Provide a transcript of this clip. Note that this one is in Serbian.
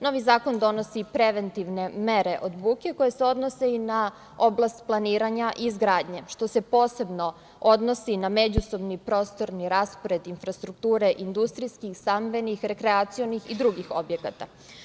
Novi zakon donosi preventivne mere od buke, koje se odnose i na oblast planiranja i izgradnje, što se posebno odnosi na međusobni prostorni raspored infrastrukture industrijskih, stambenih, rekreacionih i drugih objekata.